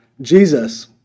Jesus